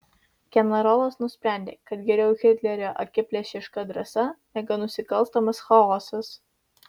generolas nusprendė kad geriau hitlerio akiplėšiška drąsa negu nusikalstamas chaosas